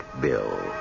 Bill